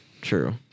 True